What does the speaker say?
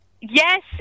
Yes